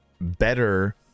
better